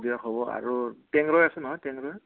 দিয়ক হ'ব আৰু